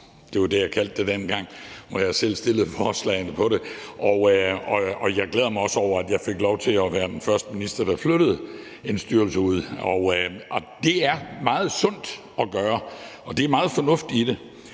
Det var det, jeg kaldte det, dengang jeg selv fremsatte forslag om det, og jeg glæder mig også over, at jeg fik lov til at være den første minister, der flyttede en styrelse ud. Det er meget sundt at gøre, og der er meget fornuft i det.